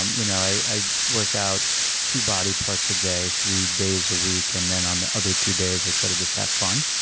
um you know i work out two body parts a day, three days a week, and then on the other two days i sort of just have fun,